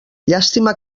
llàstima